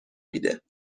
میده